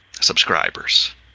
subscribers